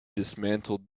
dismantled